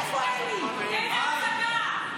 איזו הצגה.